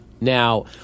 Now